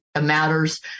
matters